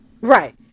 right